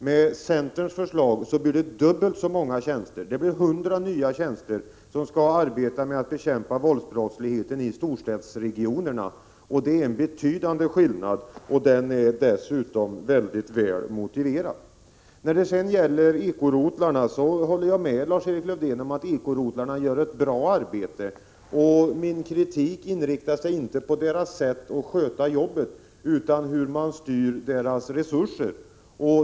Med centerns förslag blir det dubbelt så många; det blir 100 nya tjänster för att bekämpa våldsbrottsligheten i storstadsregionerna. Det är en betydande skillnad, och den är dessutom mycket väl motiverad. När det sedan gäller ekorotlarna håller jag med Lars-Erik Lövdén om att dessa gör ett bra arbete. Min kritik inriktar sig inte på deras sätt att sköta sina uppgifter utan mot hur man styr deras resurser.